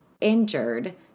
injured